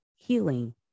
healing